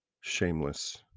Shameless